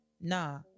Nah